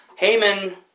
Heyman